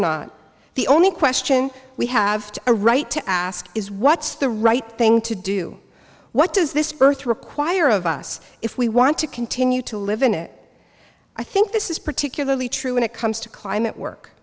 not the only question we have a right to ask is what's the right thing to do what does this earth require of us if we want to continue to live in it i think this is particularly true when it comes to climate work